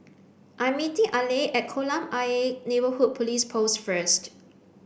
I meeting Aleah at Kolam Ayer Neighbourhood Police Post first